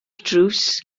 drws